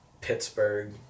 Pittsburgh